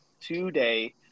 today